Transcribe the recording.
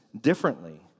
differently